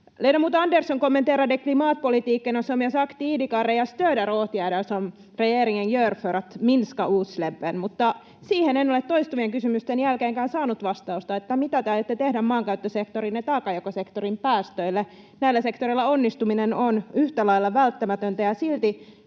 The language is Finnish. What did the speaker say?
Ledamot Andersson kommenterade klimatpolitiken, och som jag sagt tidigare stöder jag åtgärder som regeringen gör för att minska utsläppen. Mutta siihen en ole toistuvien kysymysten jälkeenkään saanut vastausta, että mitä te aiotte tehdä maankäyttösektorin ja taakanjakosektorin päästöille. Näillä sektoreilla onnistuminen on yhtä lailla välttämätöntä, ja silti